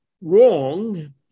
wrong